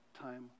time